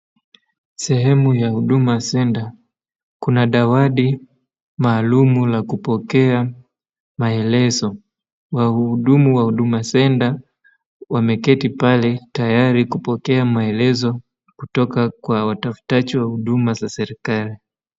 Sehemu ya huduma kenya. Kuna dawati maalum ya kupokea maelezo .Wahudumu wa huduma centre wameketi pale tayari kupokea maelezo kutoka kwa watufutaji wa huduma ya serikali.